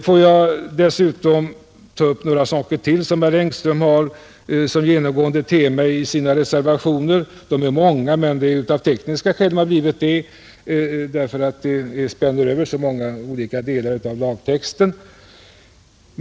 Får jag ta upp några saker till, som herr Engström har som genomgående tema i sina reservationer. De är många, men det är av tekniska skäl de har blivit det, eftersom de spänner över så många olika delar av lagtexten.